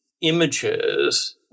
images